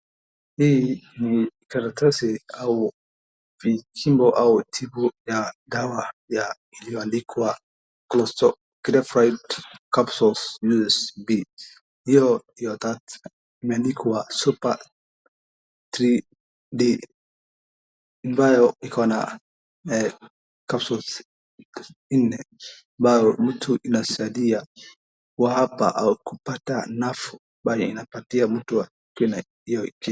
Hii ni karatasi au vichimbo au tibu ya dawa iliyoandikwa Cholecalciferol capsules USP , hiyo ya tatu imeandikwa superD3 ambayo iko na capsules nne ambayo inasaidia mtu kupata nafuu, ambayo inapatia mtu.